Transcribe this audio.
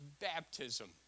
baptism